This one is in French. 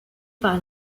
par